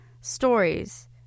stories